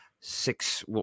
Six